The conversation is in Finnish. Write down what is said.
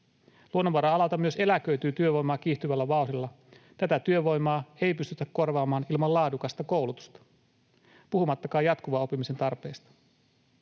Luonnonvara-alalta myös eläköityy työvoimaa kiihtyvällä vauhdilla. Tätä työvoimaa ei pystytä korvaamaan ilman laadukasta koulutusta, puhumattakaan jatkuvan oppimisen tarpeista.